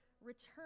return